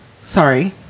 Sorry